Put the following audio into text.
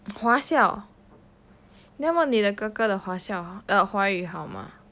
华校那么你的哥哥的华语好吗